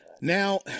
now